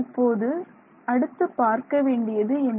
இப்போது அடுத்து பார்க்க வேண்டியது என்ன